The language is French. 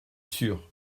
sûre